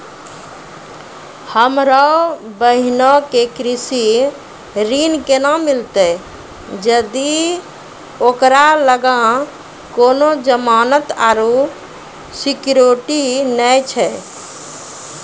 हमरो बहिनो के कृषि ऋण केना मिलतै जदि ओकरा लगां कोनो जमानत आरु सिक्योरिटी नै छै?